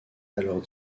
alors